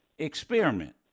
Experiment